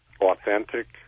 authentic